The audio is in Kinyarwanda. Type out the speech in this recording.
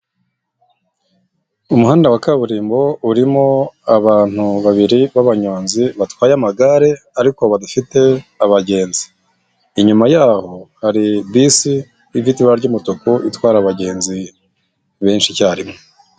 Umuhanda wa kaburimbo, urimo abantu babiri b'abanyonzi, batwaye amagare ariko badafite abagenzi. Inyuma yaho hari bisi ifite ibara ry'umutuku itwara abagenzi benshi icyarimwe.